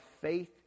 faith